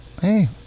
hey